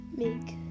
make